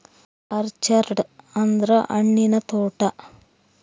orchard ಅಂದ್ರ ಹಣ್ಣಿನ ತೋಟ